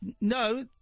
No